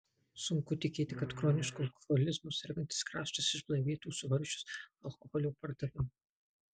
sunku tikėti kad chronišku alkoholizmu sergantis kraštas išblaivėtų suvaržius alkoholio pardavimą